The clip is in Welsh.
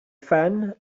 phen